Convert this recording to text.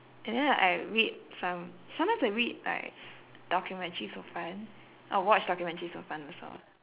and then I read some~ sometimes I read like documentaries for fun I'll watch documentaries for fun also